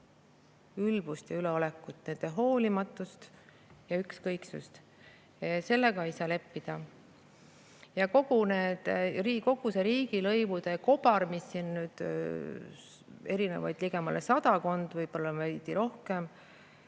ülbust ja üleolekut, hoolimatust ja ükskõiksust. Sellega ei saa leppida. Ja kogu see riigilõivude kobar – siin on erinevaid lõive ligemale sadakond, võib-olla veidi rohkem,